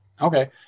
Okay